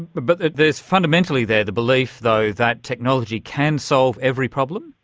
but there's fundamentally there the belief though that technology can solve every problem?